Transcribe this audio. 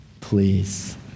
please